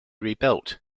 rebuilt